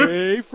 Hey